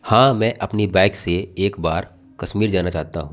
हाँ मैं अपनी बाइक से एक बार कश्मीर जाना चाहता हूँ